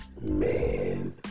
Man